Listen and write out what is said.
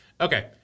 Okay